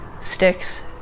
sticks